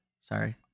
Sorry